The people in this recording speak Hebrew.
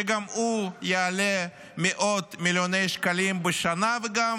שגם הוא יעלה מאות מיליוני שקלים בשנה וגם